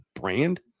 brand